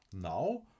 now